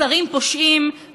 השרים פושעים,